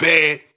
Bad